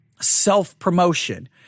self-promotion